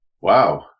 Wow